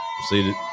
See